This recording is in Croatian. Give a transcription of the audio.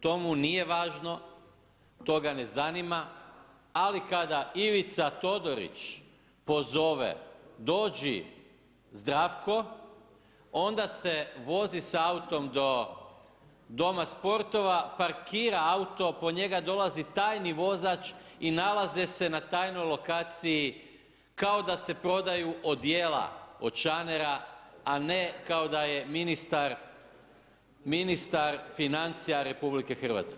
To mu nije važno, to ga ne zanima ali kada Ivica Todorić pozove dođi Zdravko onda se vozi s autom do Doma Sportova, parkira auto, po njega dolazi tajni vozač i nalaze se na tajnoj lokaciji kao da se prodaju odijela od šanera a ne kao da je ministar financija RH.